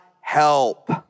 Help